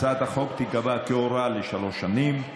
הצעת החוק תיקבע כהוראה לשלוש שנים,